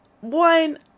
One